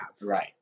Right